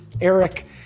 Eric